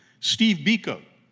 steve biko,